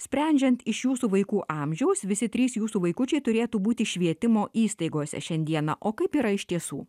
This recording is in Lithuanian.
sprendžiant iš jūsų vaikų amžiaus visi trys jūsų vaikučiai turėtų būti švietimo įstaigose šiandieną o kaip yra iš tiesų